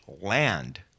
land